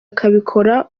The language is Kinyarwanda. akabikora